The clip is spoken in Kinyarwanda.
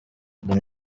dany